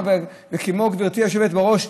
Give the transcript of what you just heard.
וגברתי היושבת-ראש,